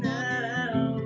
now